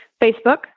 Facebook